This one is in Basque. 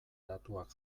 datuak